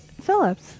Phillips